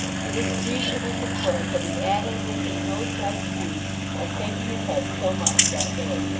it is but reasonable to suppose that he addled it in no slight degree by shaking his head so much that day.